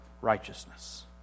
righteousness